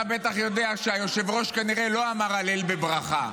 אתה בטח יודע שהיושב-ראש כנראה לא אמר הלל וברכה,